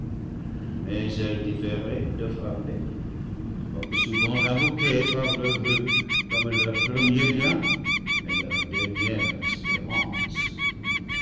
mais elle différait de frapper quoique souvent invoquée par leurs voeux comme leur premier bien et leur dernière espérance